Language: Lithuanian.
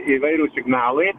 įvairūs signalai